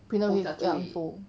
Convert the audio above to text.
printer 会要 unfold